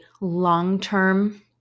long-term